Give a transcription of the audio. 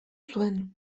zuen